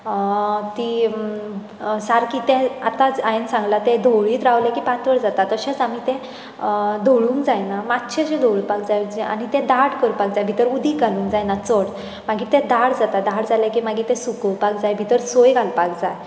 तीं सारकी तें आतांच हायेंन सांगलां तें धवळीत रावलें की पातळ जाता तशेंच आमी तें धवळूंक जायना मात्शेंशें धवळपाक जाय जें आनी तें दाट करपाक जाय भितर उदीक घालूंक जायना चड मागीर तें दाट जाता दाट जालें की मागीर तें सुकोवपाक जाय भितर सोय घालपाक जाय